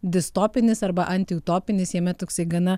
distopinis arba antiutopinis jame toksai gana